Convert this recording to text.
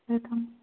welcome